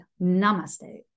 Namaste